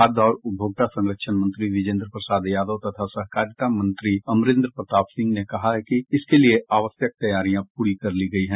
खाद्य और उपभोक्ता संरक्षण मंत्री बिजेंद्र प्रसाद यादव तथा सहकारिता मंत्री अमरेंद्र प्रताप सिंह ने कहा है कि इसके लिए आवश्यक तैयारियां पूरी कर ली गई है